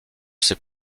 ses